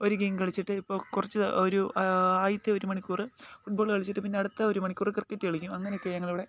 ഒരു ഗെയിം കളിച്ചിട്ട് ഇപ്പോൾ കുറച്ച് ഒരു ആദ്യത്തെ ഒരു മണിക്കൂർ ഫുട്ബോൾ കളിച്ചിട്ട് പിന്നെ അടുത്ത ഒരു മണിക്കൂറ് ക്രിക്കറ്റ് കളിക്കും അങ്ങനൊക്കെയാണ് ഞങ്ങൾ അവിടെ